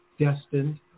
destined